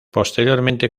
posteriormente